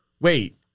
wait